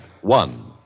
One